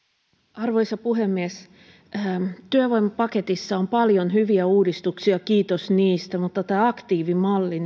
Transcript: arvoisa puhemies työvoimapaketissa on paljon hyviä uudistuksia kiitos niistä mutta tämä aktiivimalli